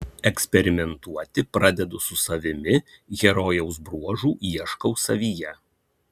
eksperimentuoti pradedu su savimi herojaus bruožų ieškau savyje